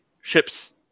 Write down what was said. ships